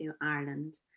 Ireland